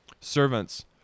Servants